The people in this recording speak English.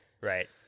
Right